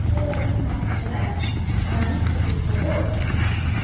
एउटा गुरुमाकोबाट डान्स सिकेको हो